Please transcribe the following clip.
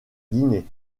dîner